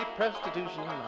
prostitution